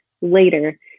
later